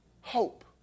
hope